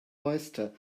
oyster